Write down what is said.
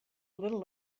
little